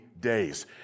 days